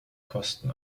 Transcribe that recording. kosten